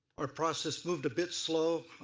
our process moved a bit slow.